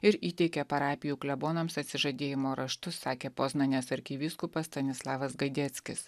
ir įteikė parapijų klebonams atsižadėjimo raštus sakė poznanės arkivyskupas stanislavas gaideckis